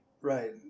Right